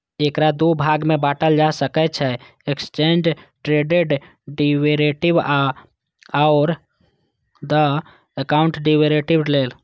एकरा दू भाग मे बांटल जा सकै छै, एक्सचेंड ट्रेडेड डेरिवेटिव आ ओवर द काउंटर डेरेवेटिव लेल